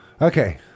Okay